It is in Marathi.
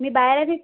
मी बाहेर